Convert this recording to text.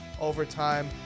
Overtime